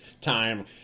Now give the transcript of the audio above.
time